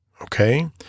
Okay